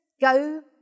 go